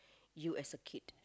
you as a kid